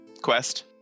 quest